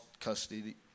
custody